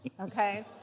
okay